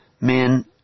men